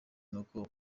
n’uko